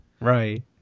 Right